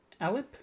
alip